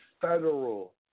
federal